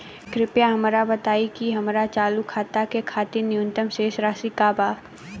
कृपया हमरा बताइ कि हमार चालू खाता के खातिर न्यूनतम शेष राशि का बा